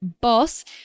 boss